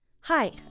Hi